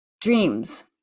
Dreams